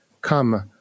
come